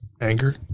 Anger